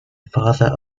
father